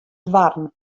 doarren